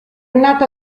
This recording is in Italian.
nato